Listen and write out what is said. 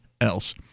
else